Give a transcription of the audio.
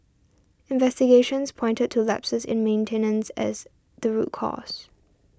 investigations pointed to to lapses in maintenance as the root cause